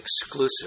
exclusive